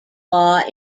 law